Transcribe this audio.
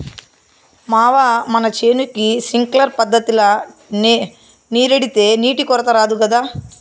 మావా మన చేనుకి సింక్లర్ పద్ధతిల నీరెడితే నీటి కొరత రాదు గదా